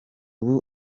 ubu